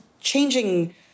changing